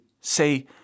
say